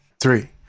three